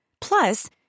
Plus